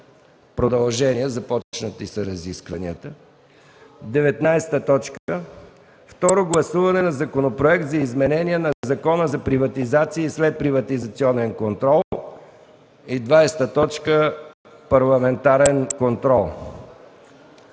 продължение, разискванията са започнати. 19. Второ гласуване на Законопроект за изменение на Закона за приватизация и следприватизационен контрол. 20. Парламентарен контрол.